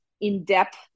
in-depth